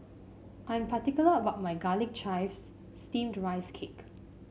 I am particular about my Garlic Chives Steamed Rice Cake